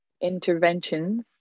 interventions